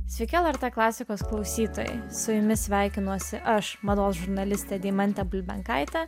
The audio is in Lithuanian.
sveiki lrt klasikos klausytojai su jumis sveikinuosi aš mados žurnalistė deimantė bulbenkaitė